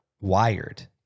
wired